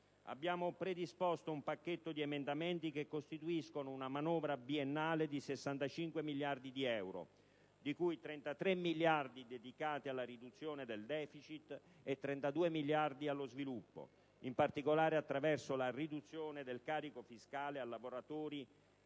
Abbiamo predisposto un pacchetto di emendamenti che costituiscono una manovra biennale di 65 miliardi di euro di cui 33 miliardi dedicati alla riduzione del *deficit* e 32 miliardi allo sviluppo, in particolare attraverso la riduzione del carico fiscale a lavoratori